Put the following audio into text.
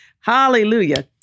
Hallelujah